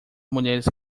mulheres